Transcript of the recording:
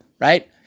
right